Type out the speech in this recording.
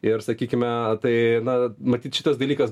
ir sakykime tai na matyt šitas dalykas